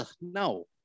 no